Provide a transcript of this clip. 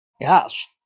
Yes